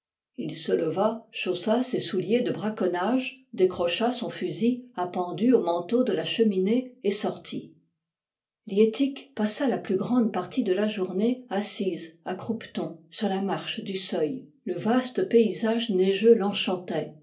il se leva chaussa ses souliers de braconnage décrocha son fusil appendu au manteau de la cheminée et sortit liettik passa la plus grande partie de la journée assise à croupetons sur la marche du seuil le vaste paysage neigeux l'enchantait